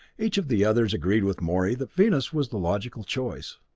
each of the others agreed with morey that venus was the logical choice.